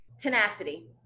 Tenacity